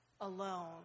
alone